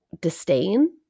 disdain